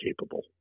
capable